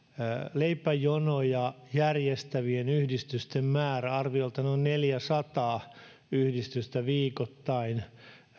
leipäjonoja järjestävien yhdistysten määrä arviolta noin neljäsataa yhdistystä viikoittain